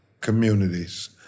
communities